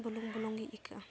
ᱵᱩᱞᱩᱝ ᱵᱩᱞᱚᱝᱜᱮ ᱟᱹᱭᱠᱟᱹᱜᱼᱟ